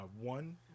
one